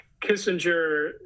Kissinger